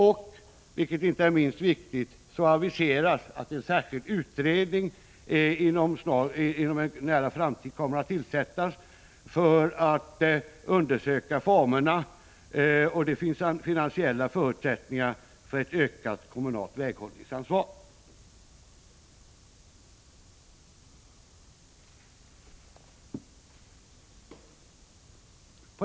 Och det aviseras — vilket inte är minst viktigt — att en särskild utredning inom en nära framtid kommer att tillsättas för att undersöka formerna och de finansiella förutsättningarna för ett ökat kommunalt väghållningsansvar.